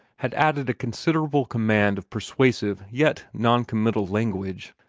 had added a considerable command of persuasive yet non-committal language.